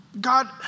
God